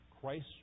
Christ